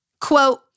Quote